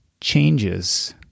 changes